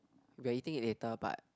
we are eating it later but